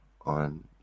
on